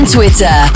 Twitter